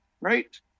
Right